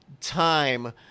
time